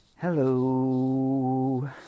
Hello